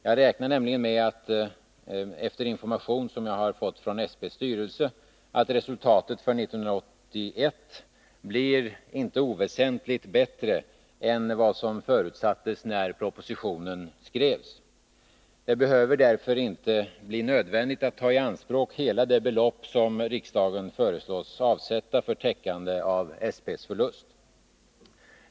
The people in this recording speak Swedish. Jag räknar nämligen med, utifrån information som jag har fått från SP:s styrelse, att resultatet för 1981 inte blir oväsentligt bättre än vad som förutsattes när propositionen skrevs. Det behöver därför inte bli nödvändigt atttaianspråk hela det belopp som riksdagen föreslås avsätta för täckande av SP:s förlust.